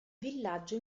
villaggio